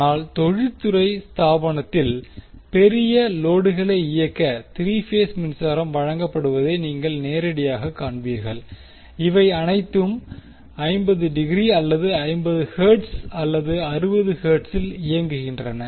ஆனால் தொழில்துறை ஸ்தாபனத்தில் பெரிய லோடுகளை இயக்க 3 பேஸ் மின்சாரம் வழங்கப்படுவதை நீங்கள் நேரடியாகக் காண்பீர்கள் இவை அனைத்தும் 50 டிகிரி அல்லது 50 ஹெர்ட்ஸ் அல்லது 60 ஹெர்ட்ஸில் இயங்குகின்றன